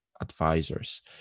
advisors